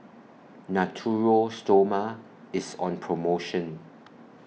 Natura Stoma IS on promotion